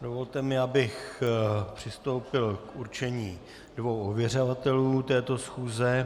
Dovolte mi, abych přistoupil k určení dvou ověřovatelů této schůze.